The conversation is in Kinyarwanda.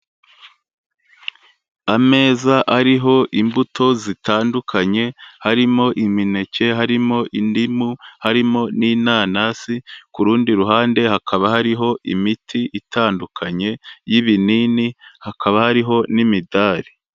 Ameza ariho imbuto zitandukanye, harimo imineke, harimo indimu, harimo n'inanasi, ku rundi ruhande hakaba hariho imiti itandukanye y'ibinini, hakaba hariho n'imidari.